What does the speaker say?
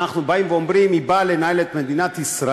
יעל גרמן אומרת דברים טובים.